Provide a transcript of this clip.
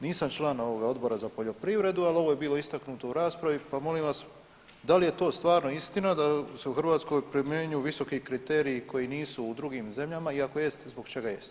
Nisam član ovoga Odbora za poljoprivredu ali ovo je bilo istaknuto u raspravi pa molim vas da li je to stvarno istina da se u Hrvatskoj primjenjuju visoki kriteriji koji nisu u drugim zemljama i ako jeste zbog čega jeste.